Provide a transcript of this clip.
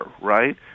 right